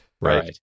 right